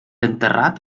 enterrat